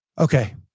okay